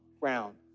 ground